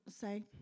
say